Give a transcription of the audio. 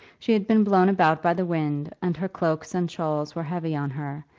she had been blown about by the wind, and her cloaks and shawls were heavy on her,